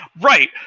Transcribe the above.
Right